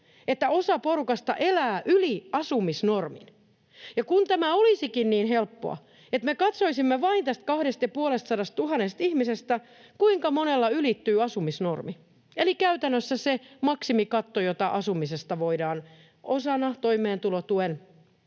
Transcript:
osa porukasta elää yli asumisnormin. Ja kun tämä olisikin niin helppoa, että me katsoisimme vain tästä 250 000 ihmisestä, kuinka monella ylittyy asumisnormi eli käytännössä se maksimikatto, jota asumisesta voidaan osana toimeentulotuen korvaavuutta